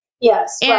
Yes